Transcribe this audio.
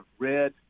red